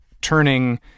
turning